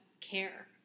care